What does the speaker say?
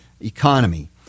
economy